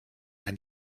ein